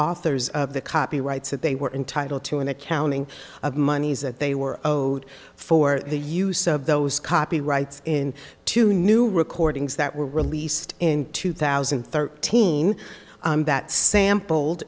authors of the copyrights that they were entitled to an accounting of monies that they were owed for the use of those copyrights in two new recordings that were released in two thousand and thirteen that sampled